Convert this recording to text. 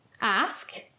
ask